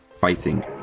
fighting